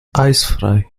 eisfrei